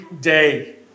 day